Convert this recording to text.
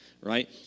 right